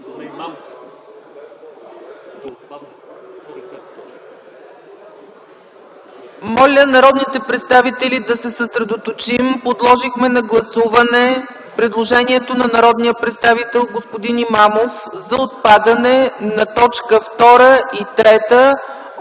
Моля народните представители да се съсредочим – подложихме на гласуване предложението на народния представител господин Имамов за отпадане на т. 2 и 3